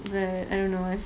and I don't know why